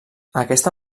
aquesta